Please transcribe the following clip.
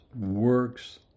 works